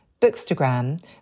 Bookstagram